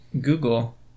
Google